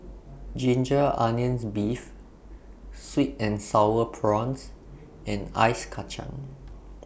Ginger Onions Beef Sweet and Sour Prawns and Ice Kacang